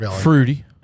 Fruity